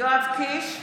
יואב קיש,